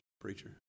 preacher